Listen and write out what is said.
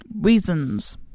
reasons